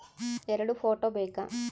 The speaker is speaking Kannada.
ಎರಡು ಫೋಟೋ ಬೇಕಾ?